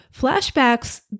Flashbacks